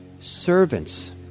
servants